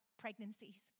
pregnancies